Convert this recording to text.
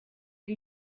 ngo